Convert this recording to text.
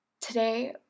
today